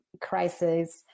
crisis